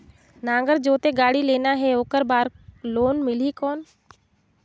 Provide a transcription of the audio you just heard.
नागर जोते गाड़ी लेना हे ओकर बार लोन मिलही कौन?